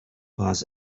pass